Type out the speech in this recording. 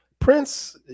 Prince